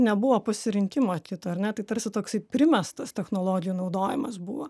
nebuvo pasirinkimo kito ar ne tai tarsi toksai primestas technologijų naudojimas buvo